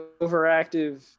overactive